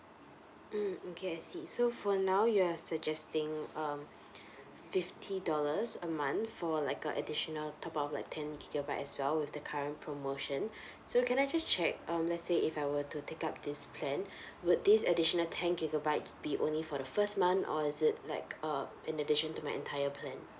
mm okay I see so for now you are suggesting um fifty dollars a month for like a additional top of like ten gigabyte as well with the current promotion so can I just check um let's say if I were to take up this plan would this additional ten gigabyte be only for the first month or is it like err in addition to my entire plan